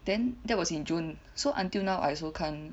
then that was in June so until now I also can't